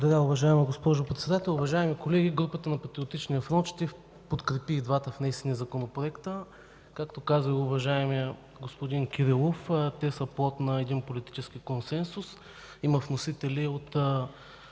Благодаря, уважаема госпожо Председател. Уважаеми колеги, групата на Патриотичния фронт ще подкрепи и двата внесени законопроекта. Както каза уважаемият господин Кирилов, те са плод на политически консенсус. Има вносители от